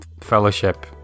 Fellowship